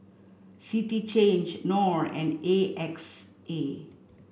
City Change Knorr and A X A